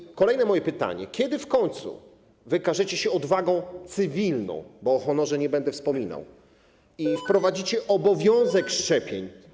I kolejne moje pytanie: Kiedy w końcu wykażecie się odwagą cywilną, bo o honorze nie będę wspominał, i wprowadzicie obowiązek szczepień?